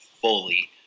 fully